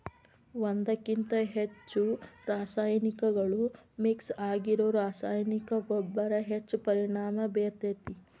ಒಂದ್ಕಕಿಂತ ಹೆಚ್ಚು ರಾಸಾಯನಿಕಗಳು ಮಿಕ್ಸ್ ಆಗಿರೋ ರಾಸಾಯನಿಕ ಗೊಬ್ಬರ ಹೆಚ್ಚ್ ಪರಿಣಾಮ ಬೇರ್ತೇತಿ